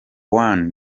one